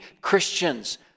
Christians